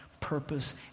purpose